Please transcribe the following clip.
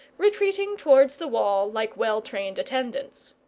retreating towards the wall like well-trained attendants.